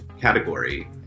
category